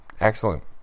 Excellent